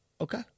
Okay